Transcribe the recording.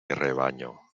rebaño